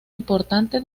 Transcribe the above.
importante